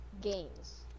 games